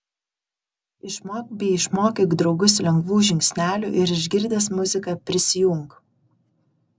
išmok bei išmokyk draugus lengvų žingsnelių ir išgirdęs muziką prisijunk